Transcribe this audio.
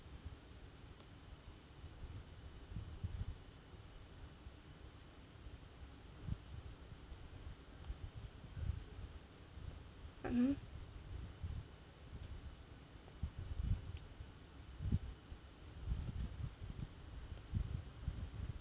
mm mm